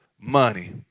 money